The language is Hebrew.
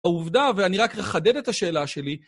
העובדה, ואני רק יחדד את השאלה שלי,